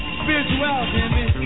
spirituality